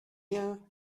rien